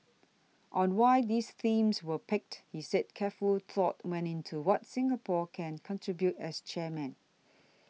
on why these themes were picked he said careful thought went into what Singapore can contribute as chairman